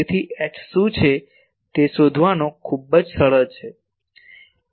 તેથી H શું છે તે શોધવાનું ખૂબ જ સરળ છે